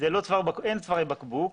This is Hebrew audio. אין צווארי בקבוק.